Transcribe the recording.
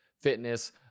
fitness